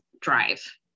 drive